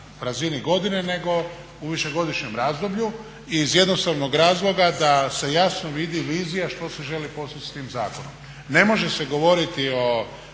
razini godine nego u višegodišnjem razdoblju iz jednostavno razloga da se jasno vidi vizija što se želi postići s tim zakonom. Ne može se govoriti o